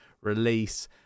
release